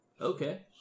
Okay